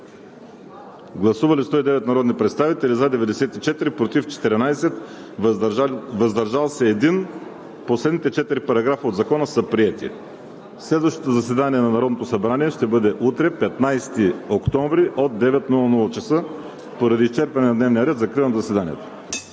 Гласували 109 народни представители: за 94, против 14, въздържал се 1. Последните четири параграфа от Закона са приети. Следващото заседание на Народното събрание ще бъде утре –15 октомври 2020 г., от 9,00 ч. Поради изчерпване на дневния ред закривам заседанието.